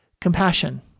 compassion